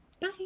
Bye